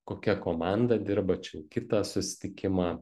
kokia komanda dirba čia jau kitą susitikimą